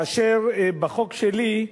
בחוק שלי,